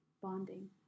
bonding